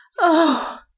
Oh